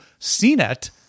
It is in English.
CNET